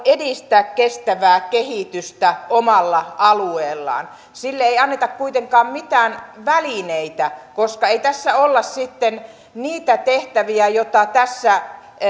edistää kestävää kehitystä omalla alueellaan sille ei anneta kuitenkaan mitään välineitä koska ei tässä olla sitten niitä tehtäviä joita tässä